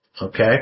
Okay